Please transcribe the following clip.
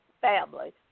family